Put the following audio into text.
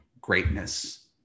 greatness